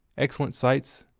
excellent sights,